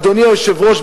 אדוני היושב-ראש,